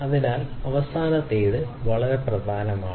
അതിനാൽ അവസാനത്തേത് വളരെ പ്രധാനമാണ്